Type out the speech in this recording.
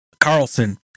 Carlson